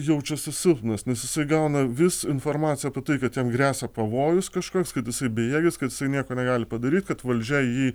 jaučiasi silpnas nes jisai gauna vis informaciją apie tai kad jam gresia pavojus kažkoks kad jisai bejėgis kad jisai nieko negali padaryt kad valdžia jį